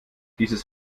dieses